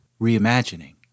reimagining